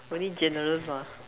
very generous lah